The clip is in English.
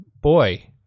boy